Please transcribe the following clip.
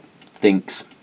thinks